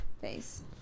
face